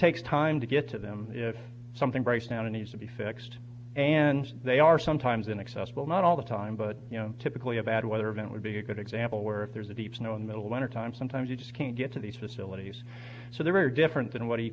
takes time to get to them if something breaks down and needs to be fixed and they are sometimes inaccessible not all the time but you know typically a bad weather event would be a good example where there's a deep snow in the middle of winter time sometimes you just can't get to these facilities so there are different than what he